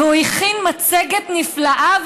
והוא הכין מצגת נפלאה,